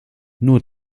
nur